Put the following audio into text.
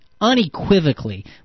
Unequivocally